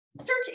search